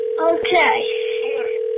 Okay